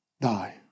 die